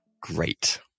great